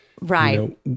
Right